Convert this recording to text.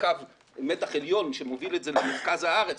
קו מתח עליון שמובילן את זה למרכז הארץ,